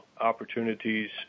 opportunities